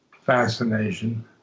fascination